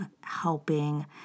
helping